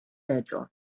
reĝo